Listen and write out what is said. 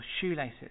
shoelaces